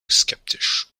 skeptisch